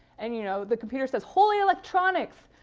and you know the computer says holy electronics!